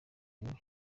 ibintu